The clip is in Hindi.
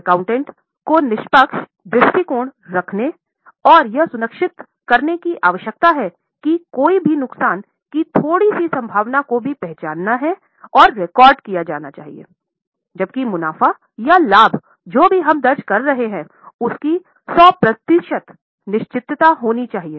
लेखाकार को निष्पक्ष दृष्टिकोण रखने और यह सुनिश्चित करने की आवश्यकता है कि कोई भी नुकसान की थोड़ी सी संभावना को भी पहचानना चाहिए और रिकॉर्ड किया जाना चाहिए जबकि मुनाफा या लाभ जो भी हम दर्ज कर रहे हैं उनकी सौ प्रतिशत निश्चितता होनी चाहिए